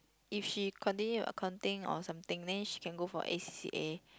if she continue accounting or something then she can go for A_C_C_A